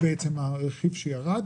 שזה הרכיב שירד.